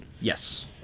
yes